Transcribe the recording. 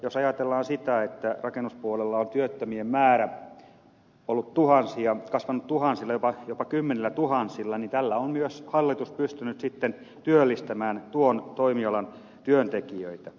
jos ajatellaan sitä että rakennuspuolella on työttömien määrä kasvanut tuhansilla jopa kymmenillätuhansilla niin näillä toimilla on hallitus myös pystynyt työllistämään tuon toimialan työntekijöitä